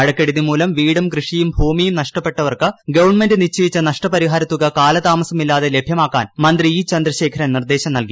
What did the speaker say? മഴക്കെടുതി മൂലം വീടും കൃഷിയും ഭൂമിയും നഷ്ടപ്പെട്ടവർക്ക് ഗവൺമെന്റ് നിശ്ചയിച്ച നഷ്ടപരിഹാരത്തുക കാലതാമസമില്ലാതെ ല ഭ്യമാക്കാൻ മന്ത്രി ഇ ചന്ദ്രശേഖരൻ നിർദേശം നൽകി